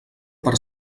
per